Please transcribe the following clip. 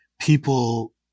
people